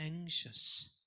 anxious